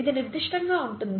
ఇది నిర్దిష్టంగా ఉంటుంది